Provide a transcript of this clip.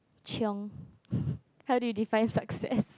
chiong how do you define success